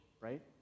right